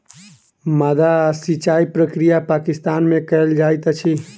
माद्दा सिचाई प्रक्रिया पाकिस्तान में कयल जाइत अछि